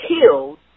killed